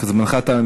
רק זמנך תם.